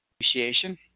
appreciation